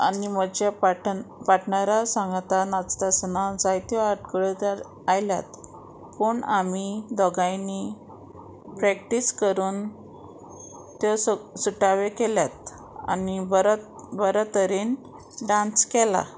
आनी म्हज्या पाट पाटनरा सांगातान नाचता आसतना जायत्यो आडकळ्यो आयल्यात पूण आमी दोगांयनी प्रॅक्टीस करून त्यो सु सुटाव्यो केल्यात आनी बरो बरें तरेन डांस केला